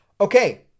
okay